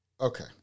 okay